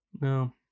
No